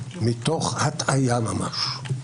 מתוך הטעיה ממש,